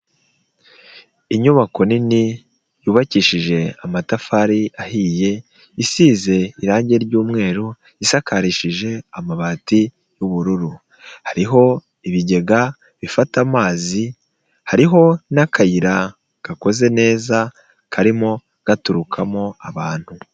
Inyubako nini yubakishije amatafari ahiye, isize irangi ry'umweru, isakarishije amabati y'ubururu, hariho ibigega bifata amazi, hariho n'akayira gakoze neza karimo gaturukamo abantu.